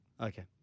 Okay